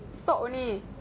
just talk only